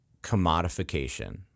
commodification